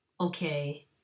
okay